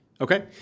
Okay